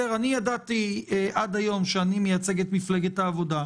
אני ידעתי עד היום שאני מייצג את מפלגת העבודה,